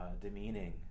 demeaning